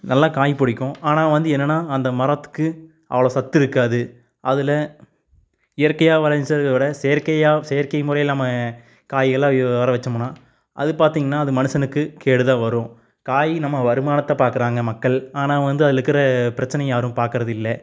நல்லா காய் பிடிக்கும் ஆனால் வந்து என்னெனா அந்த மரத்துக்கு அவ்வளோ சத்து இருக்காது அதில் இயற்கையாக விளஞ்சத விட செயற்கையாக செயற்கை முறையில் நம்ம காய்களெலாம் வரவைச்சோம்னா அது பார்த்தீங்கனா அது மனுஷனுக்கு கேடுதான் வரும் காய் நம்ம வருமானத்தை பார்க்குறாங்க மக்கள் ஆனால் வந்து அதில் இருக்கிற பிரச்சினைய யாரும் பார்க்குறது இல்லை